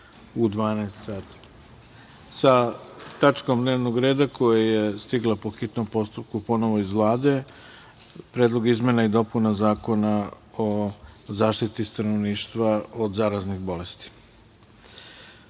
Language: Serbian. u 12.00 sati, sa tačkom dnevnog reda koja je stigla po hitnom postupku iz Vlade, Predlog izmena i dopuna Zakona o zaštiti stanovništva od zaraznih bolesti. Imajući